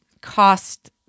cost